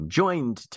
joined